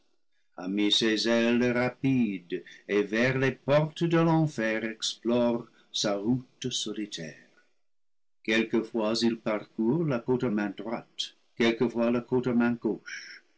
et vers les portes de l'enfer explore sa roule solitaire quelquefois il parcourt la côte à main droite quelquefois la côte à main gauche